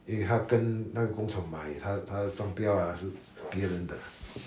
因为他跟那个工厂买他他的商标 ah 是别人的